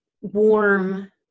warm